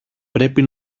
πρέπει